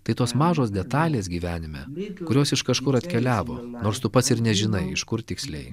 tai tos mažos detalės gyvenime kurios iš kažkur atkeliavo nors tu pats ir nežinai iš kur tiksliai